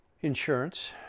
insurance